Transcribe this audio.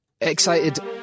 Excited